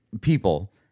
people